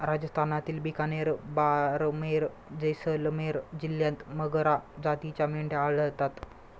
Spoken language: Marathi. राजस्थानातील बिकानेर, बारमेर, जैसलमेर जिल्ह्यांत मगरा जातीच्या मेंढ्या आढळतात